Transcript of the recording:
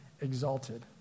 exalted